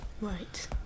Right